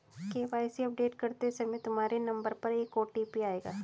KYC update करते समय तुम्हारे नंबर पर एक ओ.टी.पी आएगा